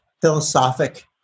philosophic